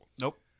nope